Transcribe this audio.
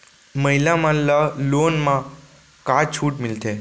महिला मन ला लोन मा का छूट मिलथे?